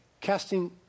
casting